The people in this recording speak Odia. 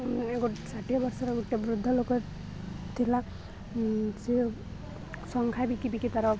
ଗୋଟ ଷାଠିଏ ବର୍ଷର ଗୋଟେ ବୃଦ୍ଧ ଲୋକେ ଥିଲା ସେିଏ ସଂଖ୍ୟା ବିକି ବିକି ତାରଫ